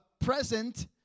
present